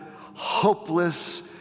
hopeless